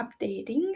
updating